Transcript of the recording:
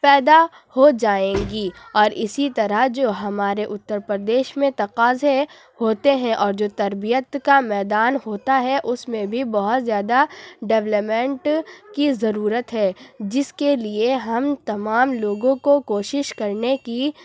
پیدا ہو جائیں گی اور اِسی طرح جو ہمارے اُتر پردیش میں تقاضے ہوتے ہیں اور جو تربیت کا میدان ہوتا ہے اُس میں بھی بہت زیادہ ڈیولپمنٹ کی ضرورت ہے جس کے لیے ہم تمام لوگوں کو کوشش کرنے کی